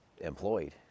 employed